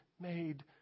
made